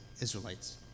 israelites